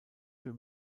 für